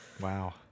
Wow